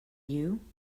you